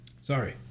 Sorry